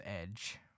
Edge